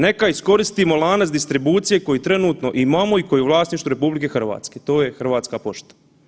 Neka iskoristimo lanac distribucije koji trenutno imamo i koji je u vlasništvu RH, to je Hrvatska pošta.